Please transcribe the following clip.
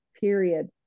period